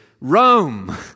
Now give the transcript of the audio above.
Rome